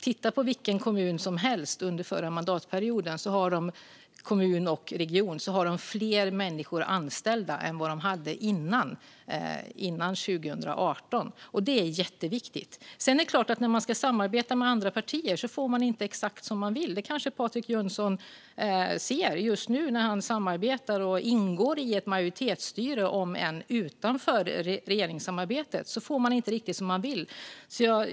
Titta på vilken kommun och region som helst under förra mandatperioden så ser du att de har fler anställda än före 2018. Det är jätteviktigt. När man ska samarbeta med andra partier får man inte exakt som man vill. Det ser kanske Patrik Jönsson nu när Sverigedemokraterna samarbetar med regeringen och ingår i ett majoritetsstyre, även om de är utanför regeringen. Man får inte riktigt som man vill.